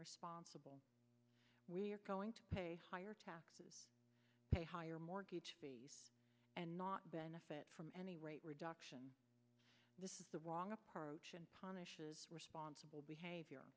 responsible we are going to pay higher taxes to pay higher mortgage and not benefit from any rate reduction this is the wrong approach and punish is responsible behavior